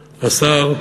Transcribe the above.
השר,